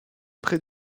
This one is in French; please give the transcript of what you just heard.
près